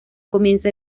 comienza